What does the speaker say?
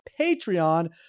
Patreon